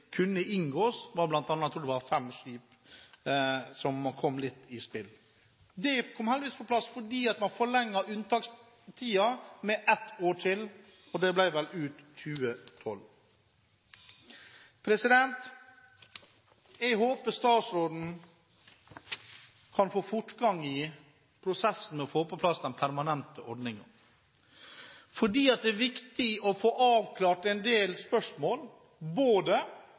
kunne inngås – jeg tror bl.a. det var fem skip som kom litt i spill. Det kom heldigvis på plass fordi man forlenget unntakstiden med ett år til, og det ble vel ut 2012. Jeg håper statsråden kan få fortgang i prosessen med å få på plass den permanente ordningen. Det er viktig å få avklart en del spørsmål